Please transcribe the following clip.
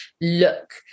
look